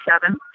seven